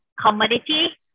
commodity